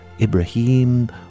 Ibrahim